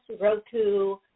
Roku